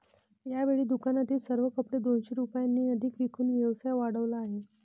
यावेळी दुकानातील सर्व कपडे दोनशे रुपयांनी अधिक विकून व्यवसाय वाढवला आहे